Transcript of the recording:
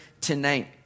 tonight